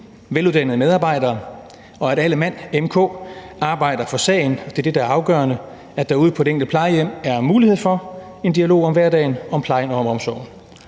veluddannede medarbejdere, og at alle mand m/k arbejder for sagen. Det, der er afgørende, er, at der ude på det enkelte plejehjem er mulighed for en dialog om hverdagen, om plejen og omsorgen.